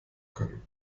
können